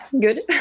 good